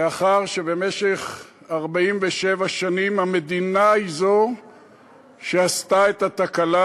לאחר שבמשך 47 שנים המדינה היא זו שעשתה את התקלה,